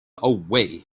away